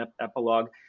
epilogue